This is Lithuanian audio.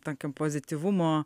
tokio pozityvumo